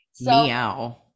Meow